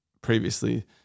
previously